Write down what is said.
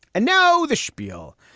and now the schpiel.